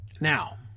Now